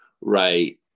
right